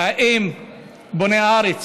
האם "בוני הארץ",